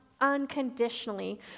unconditionally